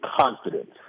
confidence